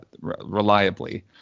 reliably